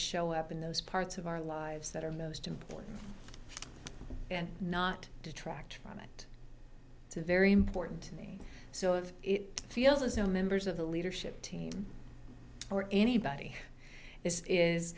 show up in those parts of our lives that are most important and not detract from it it's a very important thing so if it feels as though members of the leadership team or anybody this is